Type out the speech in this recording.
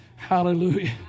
Hallelujah